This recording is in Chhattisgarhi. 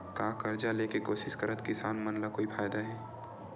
का कर्जा ले के कोशिश करात किसान मन ला कोई फायदा हे?